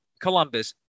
Columbus